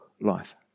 life